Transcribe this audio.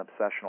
obsessional